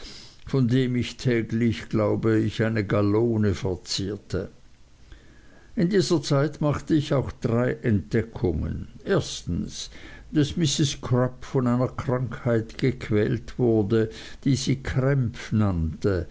von dem ich täglich glaube ich eine gallone verzehrte in dieser zeit machte ich auch drei entdeckungen erstens daß mrs crupp von einer krankheit gequält wurde die sie